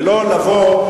ולא לבוא,